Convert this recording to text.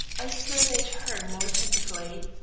i surveyed her more attentively.